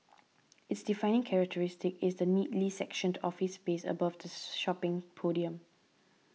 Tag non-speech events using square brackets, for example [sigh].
its defining characteristic is the neatly sectioned office space above the [hesitation] shopping podium